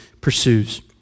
pursues